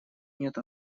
нет